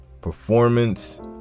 performance